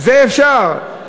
וזה אפשר.